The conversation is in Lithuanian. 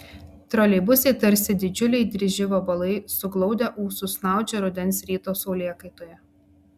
troleibusai tarsi didžiuliai dryži vabalai suglaudę ūsus snaudžia rudens ryto saulėkaitoje